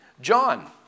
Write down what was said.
John